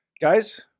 Guys